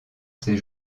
ses